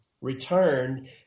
returned